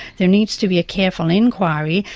there needs to be a careful enquiry,